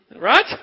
Right